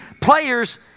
players